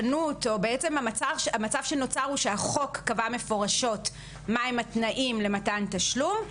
המצב שנוצר הוא שהחוק קבע מפורשות מה הם התנאים למתן תשלום.